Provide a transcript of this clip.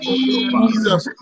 Jesus